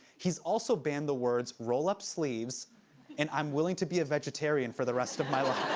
he's also banned the words, roll up sleeves and i'm willing to be a vegetarian for the rest of my life.